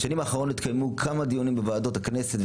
בשנים האחרונות התקיימו כמה דיונים בוועדות הכנסת,